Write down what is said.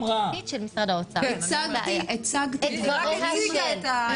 הצגתי את הדברים שאתם אמרתם.